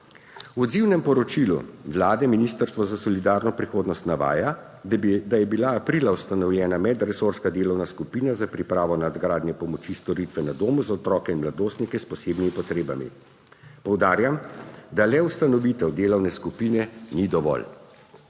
V odzivnem poročilu Vlade Ministrstvo za solidarno prihodnost navaja, da je bila aprila ustanovljena medresorska delovna skupina za pripravo nadgradnje pomoči storitve na domu za otroke in mladostnike s posebnimi potrebami. Poudarjam, da le ustanovitev delovne skupine ni dovolj.